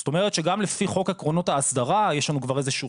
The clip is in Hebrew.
זאת אומרת שגם לפי חוק עקרונות ההסדרה יש לנו כבר איזשהו